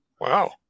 Wow